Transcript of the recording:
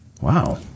Wow